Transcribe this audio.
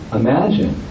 imagine